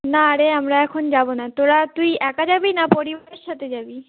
না রে আমরা এখন যাবো না তোরা তুই একা যাবি না পরিবারের সাথে যাবি